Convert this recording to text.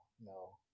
no